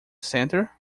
center